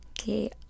Okay